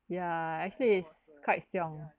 ya actually it's quite 凶